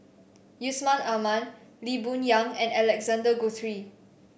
Yusman Aman Lee Boon Yang and Alexander Guthrie